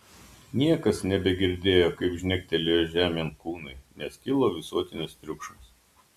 niekas nebegirdėjo kaip žnektelėjo žemėn kūnai nes kilo visuotinis triukšmas